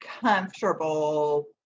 comfortable